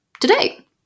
today